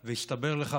והתברר לך,